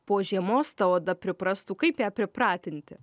po žiemos ta oda priprastų kaip ją pripratinti